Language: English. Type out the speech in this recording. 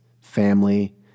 family